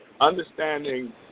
understanding